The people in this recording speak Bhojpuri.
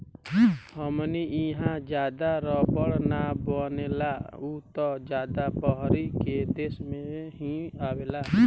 हमनी इहा ज्यादा रबड़ ना बनेला उ त ज्यादा बहरी के देश से ही आवेला